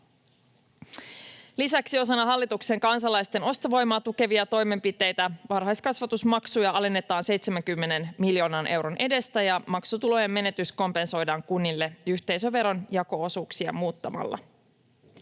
Lisäksi osana hallituksen kansalaisten ostovoimaa tukevia toimenpiteitä varhaiskasvatusmaksuja alennetaan 70 miljoonan euron edestä ja maksutulojen menetys kompensoidaan kunnille yhteisöveron jako-osuuksia muuttamalla.